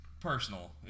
personal